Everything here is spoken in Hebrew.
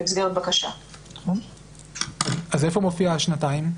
אז איפה מופיעות השנתיים?